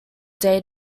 day